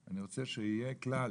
אני רוצה שיהיה כלל